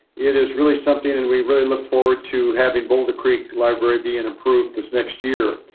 it is really something. and we really look forward to having boulder creek library being approved this next year.